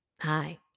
hi